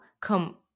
come